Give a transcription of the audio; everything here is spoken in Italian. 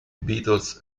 beatles